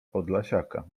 podlasiaka